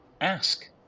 ask